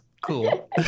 cool